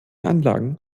anlagen